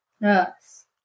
Yes